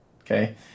okay